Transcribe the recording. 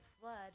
Flood